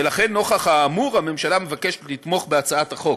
ולכן נוכח האמור, הממשלה מבקשת לתמוך בהצעת החוק.